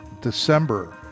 December